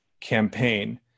campaign